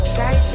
Sky